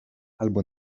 albo